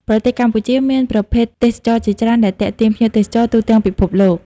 ប្រទេសកម្ពុជាមានប្រភេទទេសចរណ៍ជាច្រើនដែលទាក់ទាញភ្ញៀវទេសចរទូទាំងពិភពលោក។